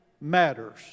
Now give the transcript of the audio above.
matters